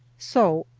so,